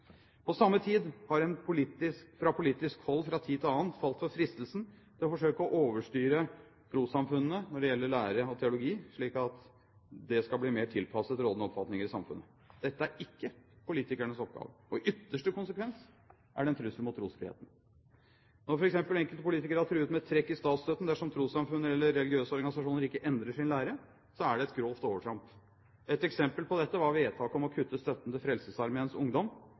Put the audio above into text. På samme tid har en fra politisk hold fra tid til annen falt for fristelsen til å forsøke å overstyre trossamfunnene når det gjelder lære og teologi, slik at det skal bli mer tilpasset de rådende oppfatninger i samfunnet. Dette er ikke politikernes oppgave, og i ytterste konsekvens er det en trussel mot trosfriheten. Når f.eks. enkelte politikere har truet med trekk i statsstøtten dersom trossamfunn eller religiøse organisasjoner ikke endrer sin lære, er det et grovt overtramp. Et eksempel på dette var vedtaket om å kutte støtten til Frelsesarmeens ungdom.